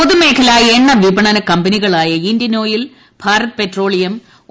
പൊതുമേഖലാ എണ്ണ വിപണന കമ്പനികളായ Indian Oil Bharat Petroleum O